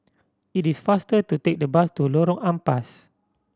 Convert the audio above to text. it is faster to take the bus to Lorong Ampas